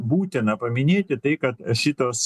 būtina paminėti tai kad šitos